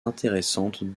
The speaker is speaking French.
intéressantes